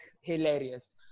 hilarious